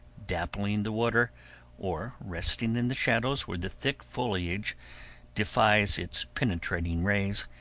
dappling the water or resting in the shadows where the thick foliage defies its penetrating rays,